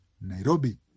Nairobi